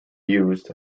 used